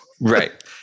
Right